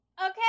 Okay